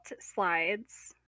slides